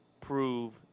prove